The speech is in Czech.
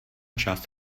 část